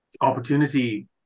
opportunity